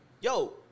yo